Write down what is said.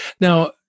Now